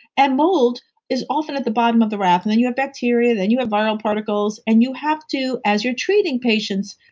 and mold is often at the bottom of the raft. and now, you have bacteria, then you have viral particles and you have to, as you're treating patients,